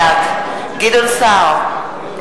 בעד גדעון סער,